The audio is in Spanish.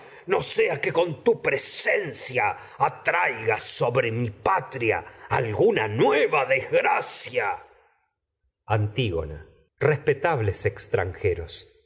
no sea que con presencia atraigas sobre mi alguna nueva desgracia antígona respetables mi extranjeros